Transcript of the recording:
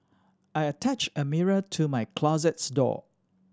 I attached a mirror to my closet door